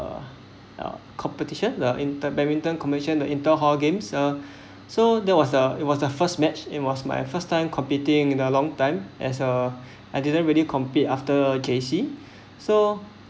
a competition the inter~ badminton commission the inter hall games uh so that was the it was the first match it was my first time competing in a long time as a I didn't really compete after J_C so